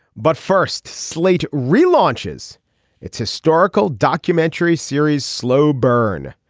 but first slate relaunches its historical documentary series slow burn.